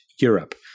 Europe